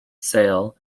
sale